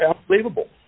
unbelievable